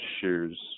shoes